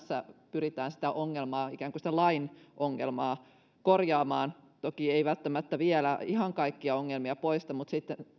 pyritään sitä ongelmaa ikään kuin sitä lain ongelmaa korjaamaan toki ei välttämättä vielä ihan kaikkia ongelmia poista mutta